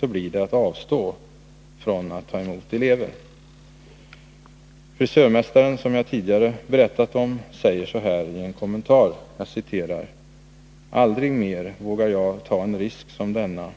blir det att avstå från att ta emot elever. Frisörmästaren som jag tidigare berättat om säger så här i en kommentar: ”Aldrig mer vågar jag ta en risk som denna.